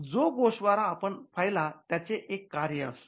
जो गोषवारा आपण पहिला त्याचे एक कार्य असते